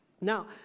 Now